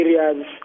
areas